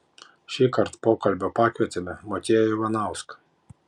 šįkart pokalbio pakvietėme motiejų ivanauską